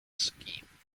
scheme